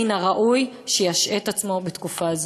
מן הראוי שישעה את עצמו בתקופה זו.